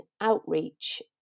outreach